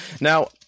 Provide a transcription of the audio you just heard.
Now